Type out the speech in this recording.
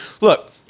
look